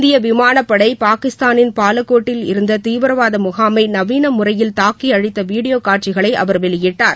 இந்திய விமானப்படை பாகிஸ்தானின் பாலகோட்டில் இருந்த தீவிரவாத முகாமை நவீன முறையில் தாக்கி அழித்த வீடியோ காட்சிகளை அவர் வெளியிட்டார்